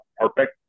perfect